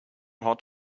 hot